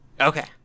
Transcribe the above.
Okay